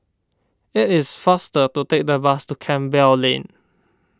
it is faster to take the bus to Campbell Lane